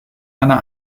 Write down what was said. einer